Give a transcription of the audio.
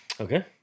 Okay